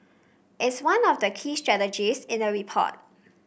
it is one of the key strategies in the report